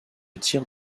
tirs